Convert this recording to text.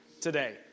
today